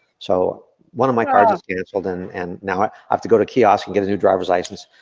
so one of my cards is canceled, and and now i have to go to kiosk and get a new driver's license.